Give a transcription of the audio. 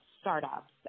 startups